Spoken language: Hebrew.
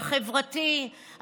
החברתי,